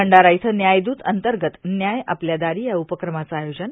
भंडारा इथं व्यायद्रतअंतर्गत व्याय आपल्या दारी या उपक्रमाचं आयोजन